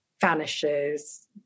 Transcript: vanishes